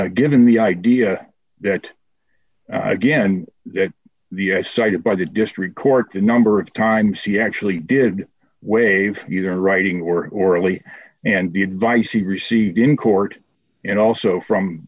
given the idea that i again that the cited by the district court the number of times he actually did waive either writing or orally and the advice he received in court and also from